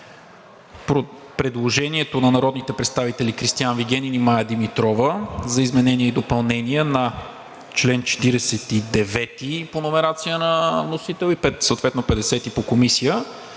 предложението на народните представители Кристиан Вигенин и Мая Димитрова за изменение и допълнение на чл. 49 по номерацията на вносител и съответно чл. 50 по Комисия